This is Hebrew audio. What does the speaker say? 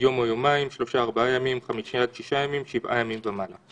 (ג) לא ייעשה שימוש בנתוני קרבה לצורך הליך משפטי,